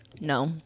no